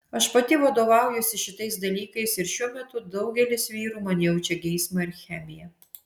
aš pati vadovaujuosi šitais dalykais ir šiuo metu daugelis vyrų man jaučia geismą ir chemiją